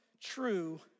true